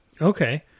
Okay